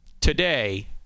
today